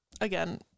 again